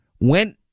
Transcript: went